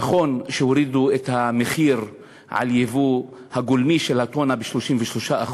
נכון שהורידו את המכס על היבוא הגולמי של הטונה ב-33%,